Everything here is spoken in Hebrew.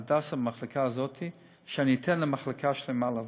במחלקה הזאת ב"הדסה", שאני אתן למחלקה שלמה לעבור.